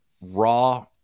raw